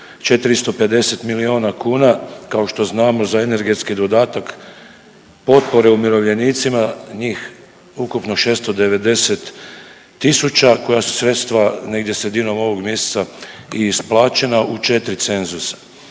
450 milijuna kuna. Kao što znamo za energetski dodatak potpore umirovljenicima njih ukupno 690 000 koja su sredstva negdje sredinom ovog mjeseca i isplaćena u 4 cenzusa.